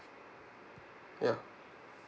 ya